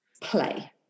play